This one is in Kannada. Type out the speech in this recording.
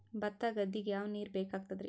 ಭತ್ತ ಗದ್ದಿಗ ಯಾವ ನೀರ್ ಬೇಕಾಗತದರೀ?